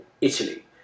Italy